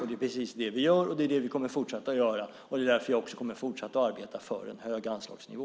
Det är precis det vi gör, det är det vi kommer att fortsätta göra, och det är därför jag också kommer att fortsätta arbeta för en högre anslagsnivå.